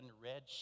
Red